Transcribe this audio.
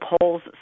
polls